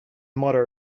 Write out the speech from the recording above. motto